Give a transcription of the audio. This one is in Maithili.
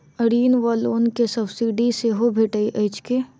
ऋण वा लोन केँ सब्सिडी सेहो भेटइत अछि की?